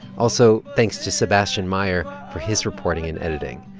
also, thanks to sebastian meyer for his reporting and editing.